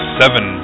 seven